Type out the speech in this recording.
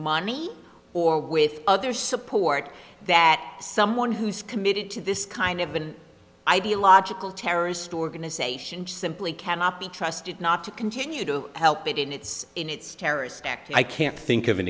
money or with other support that someone who's committed to this kind of been ideological terrorist organizations simply cannot be trusted not to continue to help it in its in its terrorist act i can't think of an